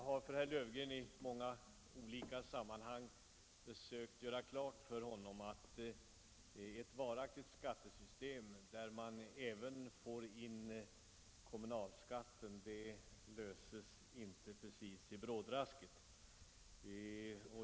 Herr talman! Jag har i många olika sammanhang försökt göra klart för herr Löfgren att frågan om ett varaktigt skattesystem, där man även får in kommunalskatten, inte precis löses i brådrasket.